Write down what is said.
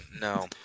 No